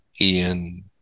Ian